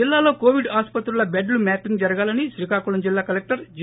జిల్లాలో కోవిడ్ ఆసుపత్రుల బెడ్లు మ్యాపింగ్ జరగాలని శ్రీకాకుళం జిల్లా కలెక్టర్ జె